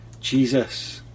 jesus